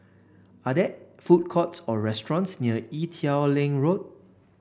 are there food courts or restaurants near Ee Teow Leng Road